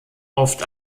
oft